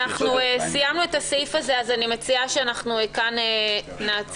סיימנו את הסעיף הזה, אז אני מציעה שכאן נעצור.